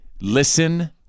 Listen